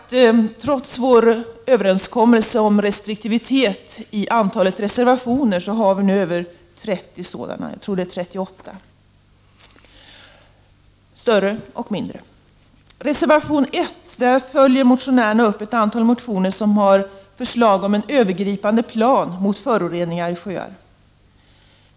Trots vår överenskommelse om restriktivitet i fråga om reservationer, finns det över 30 — större och mindre. I reservation 1 följer reservanterna upp ett antal motioner som föreslår en övergripande plan mot föroreningar i sjöar.